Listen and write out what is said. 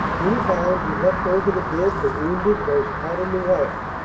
in a bound he leapt over the dead, the wounded, those caught in the wire.